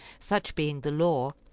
such being the law,